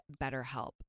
BetterHelp